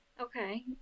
Okay